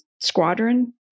squadron